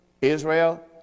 Israel